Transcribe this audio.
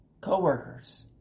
co-workers